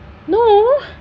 no